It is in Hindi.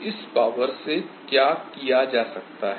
इस पॉवर से क्या किया जा सकता है